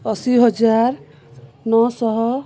ଅଶୀ ହଜାର ନଅଶହ